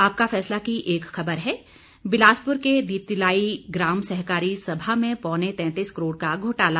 आपका फैसला की एक खबर है बिलासपुर के दी तलाई ग्राम सहकारी सभा में पौने तेतीस करोड़ का घोटाला